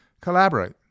Collaborate